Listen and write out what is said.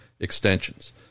Extensions